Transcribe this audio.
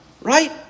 Right